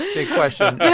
big question.